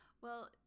Well-